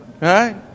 right